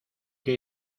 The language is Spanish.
que